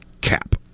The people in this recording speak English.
cap